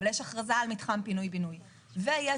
אבל יש הכרזה על מתחם פינוי בינוי ויש